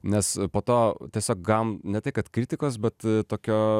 nes po to tiesiog gavom ne tai kad kritikos bet tokio